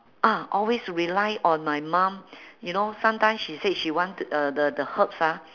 ah always rely on my mum you know sometime she said she want to uh the the herbs ah